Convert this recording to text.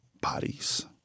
bodies